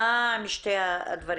מה קורה.